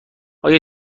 آیا